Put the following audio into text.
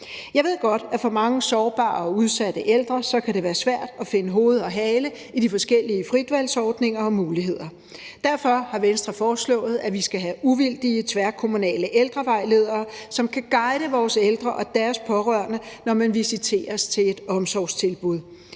Jeg ved godt, at det for mange sårbare og udsatte ældre kan være svært at finde hoved og hale i de forskellige fritvalgsordninger og muligheder. Derfor har Venstre foreslået, at vi skal have uvildige tværkommunale ældrevejledere, som kan guide vores ældre og deres pårørende, når man visiteres til et omsorgstilbud.